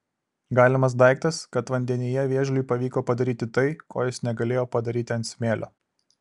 galimas daiktas kad vandenyje vėžliui pavyko padaryti tai ko jis negalėjo padaryti ant smėlio